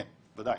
כן, ודאי.